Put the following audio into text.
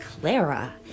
Clara